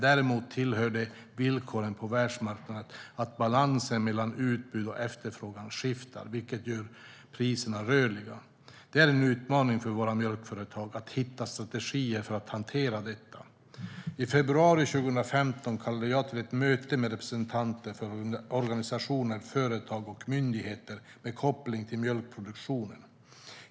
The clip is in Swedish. Däremot tillhör det villkoren på världsmarknaden att balansen mellan utbud och efterfrågan skiftar, vilket gör priserna rörliga. Det är en utmaning för våra mjölkföretag att hitta strategier för att hantera detta. I februari 2015 kallade jag till ett möte med representanter för organisationer, företag och myndigheter med koppling till mjölkproduktionen.